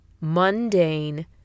mundane